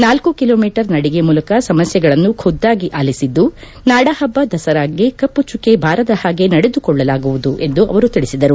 ನಾಲ್ಲು ಕಿಲೋಮೀಟರ್ ನಡಿಗೆ ಮೂಲಕ ಸಮಸ್ಥೆಗಳನ್ನು ಖುದ್ದಾಗಿ ಆಲಿಸಿದ್ದು ನಾಡ ಹಬ್ಬ ದಸರಾಗೆ ಕಪ್ಪು ಚುಕ್ಕೆ ಬಾರದ ಹಾಗೆ ನಡೆದುಕೊಳ್ಳಲಾಗುವುದು ಎಂದು ಅವರು ತಿಳಿಸಿದರು